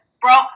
Bro